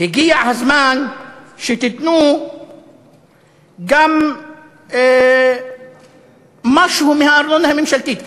שהגיע הזמן שתיתנו גם משהו מהארנונה הממשלתית.